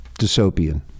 Dystopian